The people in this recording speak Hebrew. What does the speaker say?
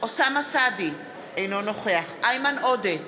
אוסאמה סעדי, אינו נוכח איימן עודה,